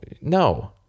no